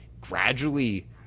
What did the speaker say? gradually